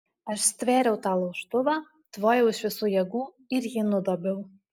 aš stvėriau tą laužtuvą tvojau iš visų jėgų ir jį nudobiau